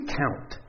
count